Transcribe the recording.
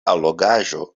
allogaĵo